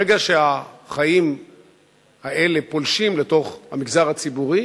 ברגע שהחיים האלה פולשים לתוך המגזר הציבורי,